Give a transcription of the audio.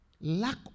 lack